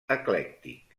eclèctic